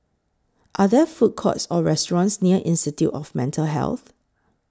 Are There Food Courts Or restaurants near Institute of Mental Health